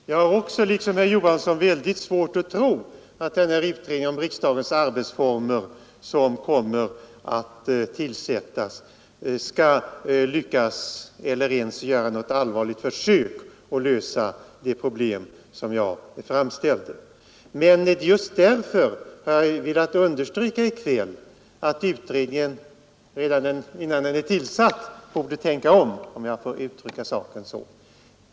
Herr talman! Jag har liksom herr Johansson i Trollhättan väldigt svårt att tro att den utredning om riksdagens arbetsformer som kommer att tillsättas skall lyckas eller ens kunna göra något allvarligt försök att lösa de problem som jag framlade. Men just därför har jag velat understryka att utredningen redan innan den är tillsatt borde tänka om — om jag får uttrycka saken så.